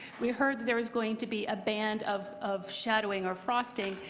we heard that there was going to be a band of of shadowing or frosting,